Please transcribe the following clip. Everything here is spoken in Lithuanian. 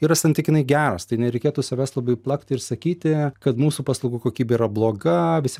yra santykinai geras tai nereikėtų savęs labai plakti ir sakyti kad mūsų paslaugų kokybė yra bloga visi